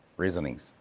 reasonings.